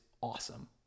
awesome